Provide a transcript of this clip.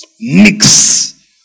mix